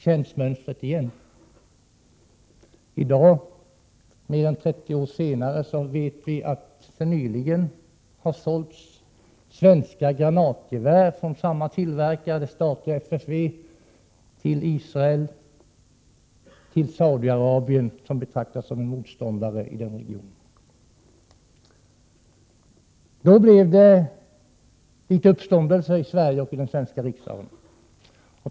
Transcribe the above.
Känns mönstret igen? I dag, mer än 30 år senare, vet vi att det har sålts svenska granatgevär från samma tillverkare, det statliga FFV, till Israel och till Saudi-Arabien, som betraktas som en motståndare i den regionen. Då blev det litet uppståndelse i Sverige och i den svenska riksdagen.